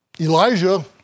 Elijah